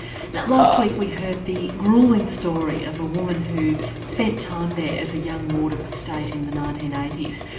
now last week we heard the gruelling story of a woman who spent time there as a young ward of the state in the nineteen eighty s.